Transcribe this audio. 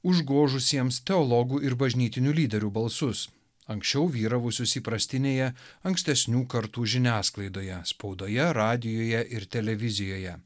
užgožusiems teologų ir bažnytinių lyderių balsus anksčiau vyravusius įprastinėje ankstesnių kartų žiniasklaidoje spaudoje radijuje ir televizijoje